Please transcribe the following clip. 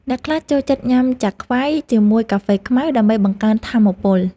អ្នកខ្លះចូលចិត្តញ៉ាំចាខ្វែ ជាមួយកាហ្វេខ្មៅដើម្បីបង្កើនថាមពល។